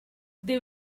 they